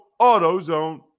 AutoZone